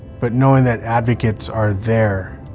but knowing that advocates are there,